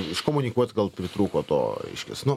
iškomunikuot gal pritrūko to reiškias nu